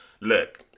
Look